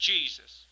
Jesus